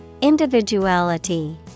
Individuality